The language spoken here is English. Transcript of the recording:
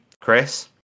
Chris